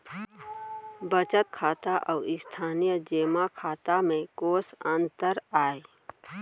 बचत खाता अऊ स्थानीय जेमा खाता में कोस अंतर आय?